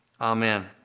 Amen